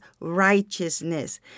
righteousness